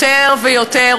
יותר ויותר,